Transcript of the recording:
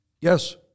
Yes